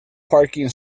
parking